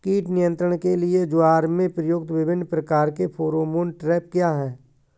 कीट नियंत्रण के लिए ज्वार में प्रयुक्त विभिन्न प्रकार के फेरोमोन ट्रैप क्या है?